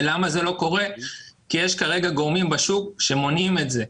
זה לא קורה כי כרגע יש גורמים בשוק שמונעים את זה.